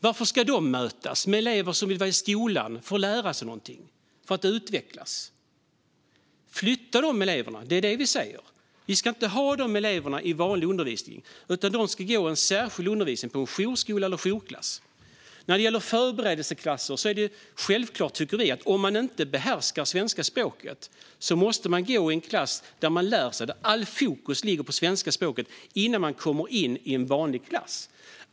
Varför ska de möta elever som vill vara i skolan för att lära sig någonting och utvecklas? Flytta dessa elever, säger vi. Vi ska inte ha de eleverna i vanlig undervisning, utan de ska gå i en särskild undervisning på en jourskola eller i en jourklass. När det gäller förberedelseklasser tycker vi att det är självklart att om man inte behärskar svenska språket måste man gå i en klass där man lär sig det, och där allt fokus ligger på svenska språket, innan man kommer in i en vanlig klass.